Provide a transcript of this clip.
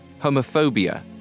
homophobia